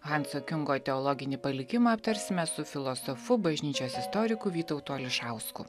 hanso kiungo teologinį palikimą aptarsime su filosofu bažnyčios istoriku vytautu ališausku